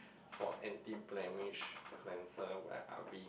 for anti blemish cleanser like Avene